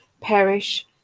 perish